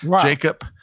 Jacob